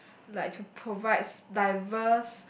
like provide diverse